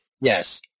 Yes